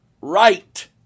right